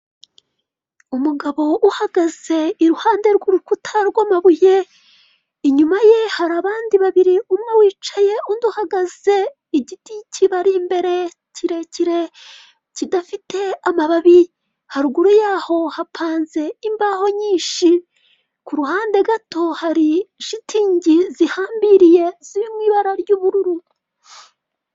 Umugabo uhagaze iruhande rw'urukuta rwamabuye, inyuma ye hari abandi babiri umwe wicaye undi uhagaze, igiti kibari imbere kirekire kidafite amababi. Haruguru yaho hapanze imbaho nyinshi ku ruhande gato hari shitingi zihambiriye ziri mu ibara ry'ubururu.